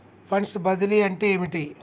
Funds బదిలీ అంటే ఏమిటి?